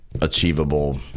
achievable